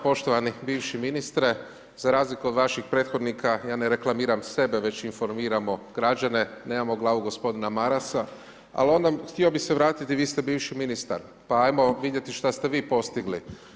Poštovani bivši ministre, za razliku od vaših prethodnika, ja ne reklamiram sebe već informiramo građane, nemamo glavu gospodina Marasa ali ono, htio bi se vratiti, vi ste bivši ministar, pa ajmo vidjeti šta ste vi postigli.